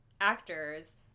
actors